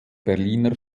berliner